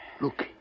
Look